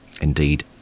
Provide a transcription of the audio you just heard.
Indeed